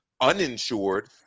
uninsured